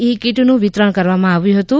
ઇ કિટનું વિતરણ કરવામાં આવ્યું હતું